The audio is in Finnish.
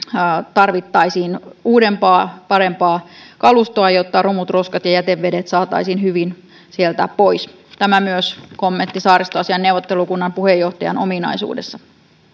tarvittaisiin uudempaa parempaa kalustoa jotta romut roskat ja jätevedet saataisiin hyvin sieltä pois tämä myös kommentti saaristoasiain neuvottelukunnan puheenjohtajan ominaisuudessa